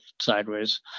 sideways